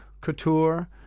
Couture